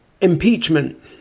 Impeachment